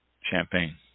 champagne